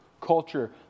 culture